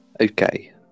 Okay